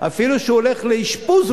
אפילו כשהילד הולך לאשפוז,